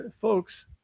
folks